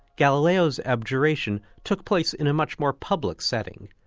galileo's abjuration took place in a much more public setting,